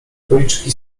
policzki